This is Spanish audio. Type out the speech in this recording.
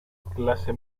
clase